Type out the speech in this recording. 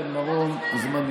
חברת הכנסת רייטן מרום, הזמן נגמר.